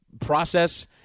process